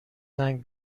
زنگ